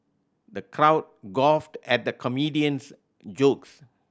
the crowd guffawed at the comedian's jokes